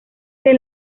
que